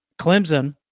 Clemson